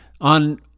on